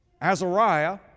Azariah